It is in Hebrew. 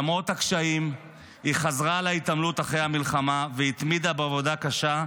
למרות הקשיים היא חזרה להתעמלות אחרי המלחמה והתמידה בעבודה קשה,